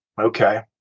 Okay